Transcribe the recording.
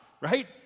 right